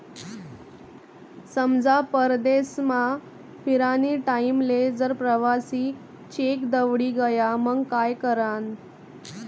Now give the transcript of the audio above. समजा परदेसमा फिरानी टाईमले जर प्रवासी चेक दवडी गया मंग काय करानं?